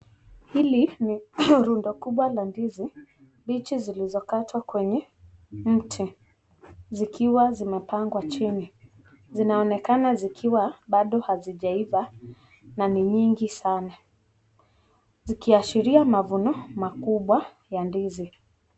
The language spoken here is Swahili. Hili ni rundo kubwa la ndizi, ndizi zilizokatwa kwenye mti zikiwa zimepangwa chini zinaonekana zikiwa bado hazijaiva na ni nyingi sana zikiashiria mavuno makubwa ya ndizi.